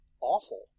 awful